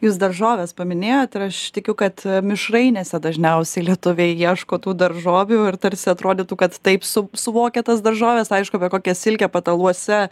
jūs daržoves paminėjot ir aš tikiu kad mišrainėse dažniausiai lietuviai ieško tų daržovių ir tarsi atrodytų kad taip su suvokia tas daržoves aišku apie kokią silkę pataluose